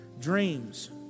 dreams